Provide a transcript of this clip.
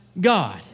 God